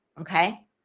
okay